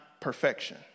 perfection